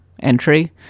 entry